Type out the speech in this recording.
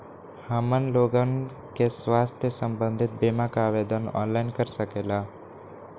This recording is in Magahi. हमन लोगन के स्वास्थ्य संबंधित बिमा का आवेदन ऑनलाइन कर सकेला?